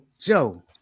Joe